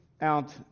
out